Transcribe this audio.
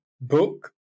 book